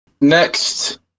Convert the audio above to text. Next